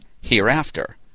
hereafter